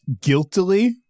guiltily